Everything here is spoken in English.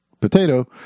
potato